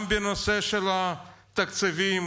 גם בנושא של התקציבים,